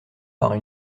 par